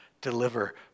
deliver